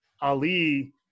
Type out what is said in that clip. Ali